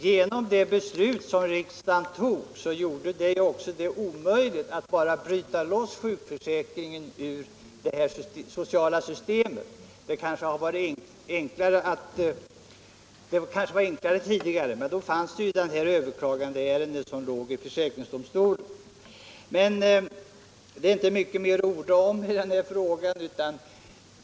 Genom det beslut som riksdagen fattade blev det emellertid omöjligt att bryta loss enbart sjukförsäkringen ur det sociala systemet. Det kanske hade varit enklare att göra det tidigare, men då fanns ju det där överklagandeärendet, som låg i försäkringsdomstolen. Det är nu inte mycket mer att orda om i denna fråga.